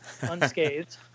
unscathed